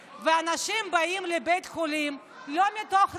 אין לו שיניים ואין לו סמכויות, נא לא להפריע.